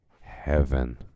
heaven